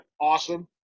awesome